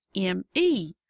M-E